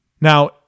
Now